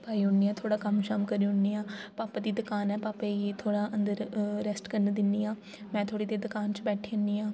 पाई ओड़नी आं थोह्ड़ा कम्म शम्म करी ओड़नी आं भापा दी दकान ऐ भापै गी थोह्ड़ा अंदर रेस्ट करन दि'न्नी आं में थोह्ड़ी देर तगर दकान च बैठी ज'न्नी आं